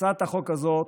הצעת החוק הזאת,